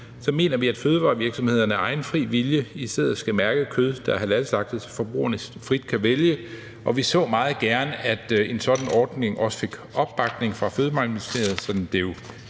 mener vi, at fødevarevirksomhederne af egen fri vilje i stedet skal mærke kød, der er halalslagtet, så forbrugerne frit kan vælge, og vi så meget gerne, at en sådan ordning også fik opbakning fra Fødevareministeriet, så den blev